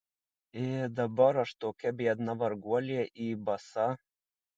ė dabar aš tokia biedna varguolė į basa